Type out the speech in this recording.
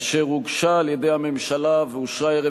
אשר אושרה על-ידי הממשלה ואושרה הערב